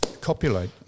copulate